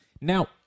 Now